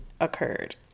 occurred